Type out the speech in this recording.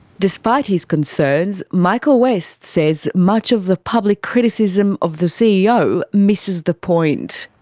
despite his concerns, michael west says much of the public criticism of the ceo misses the point.